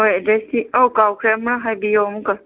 ꯍꯣꯏ ꯑꯗ ꯁꯤ ꯑꯧ ꯀꯥꯎꯈ꯭ꯔꯦ ꯑꯃ ꯍꯥꯏꯕꯤꯌꯣ ꯑꯃꯨꯛꯀꯥ